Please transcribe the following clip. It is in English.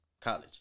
college